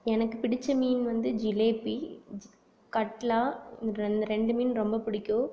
எனக்கு பிடித்த மீன் வந்து ஜிலேபி கட்லா இந்த ரெண்டு மீன் ரொம்ப பிடிக்கும்